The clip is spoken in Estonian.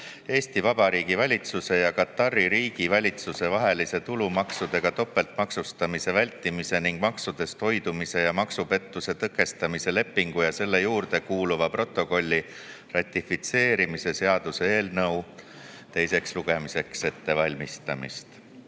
Eesti Vabariigi valitsuse ja Katari Riigi valitsuse vahelise tulumaksudega topeltmaksustamise vältimise ning maksudest hoidumise ja maksupettuste tõkestamise lepingu ja selle juurde kuuluva protokolli ratifitseerimise seaduse eelnõu teiseks lugemiseks ettevalmistamist.